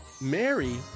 Mary